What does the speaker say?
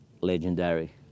legendary